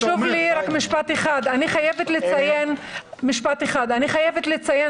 חשוב לי רק משפט אחד: אני חייבת לציין